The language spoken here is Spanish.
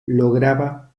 lograba